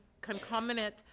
concomitant